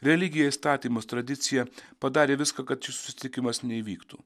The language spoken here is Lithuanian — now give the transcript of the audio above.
religiją įstatymus tradiciją padarė viską kad šis susitikimas neįvyktų